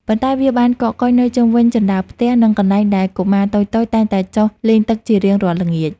ប៉ុន្តែវាបានកកកុញនៅជុំវិញជណ្តើរផ្ទះ និងកន្លែងដែលកុមារតូចៗតែងតែចុះលេងទឹកជារៀងរាល់ល្ងាច។